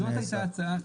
זאת הייתה ההצעה.